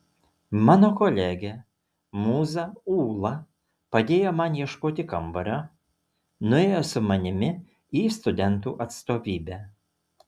mano kolegė mūza ūla padėjo man ieškoti kambario nuėjo su manimi į studentų atstovybę